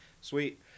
Sweet